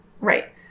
Right